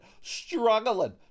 Struggling